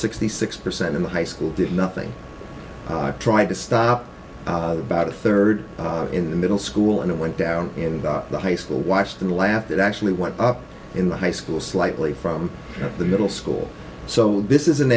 sixty six percent in the high school did nothing i've tried to stop about a third in the middle school and it went down in the high school watched in the last that actually went up in the high school slightly from the middle school so this is an